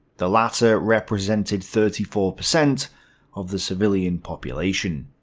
the latter represented thirty four percent of the civilian population.